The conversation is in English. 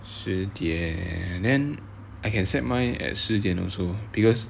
十点 then I can set mine at 十点 also because